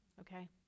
Okay